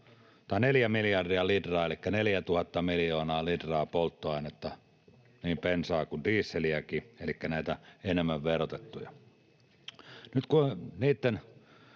4 miljardia litraa elikkä 4 000 miljoonaa litraa polttoainetta, niin bensaa kuin dieseliäkin, elikkä näitä enemmän verotettuja.